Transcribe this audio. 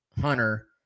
Hunter